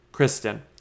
Kristen